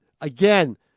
again